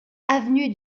avenue